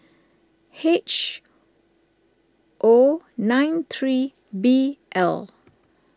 H O nine three B L